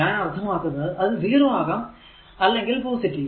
ഞാൻ അർത്ഥമാക്കുന്നത് അത് 0 ആകാം അല്ലെങ്കിൽ പോസിറ്റീവ്